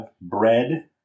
bread